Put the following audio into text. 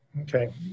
okay